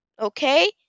okay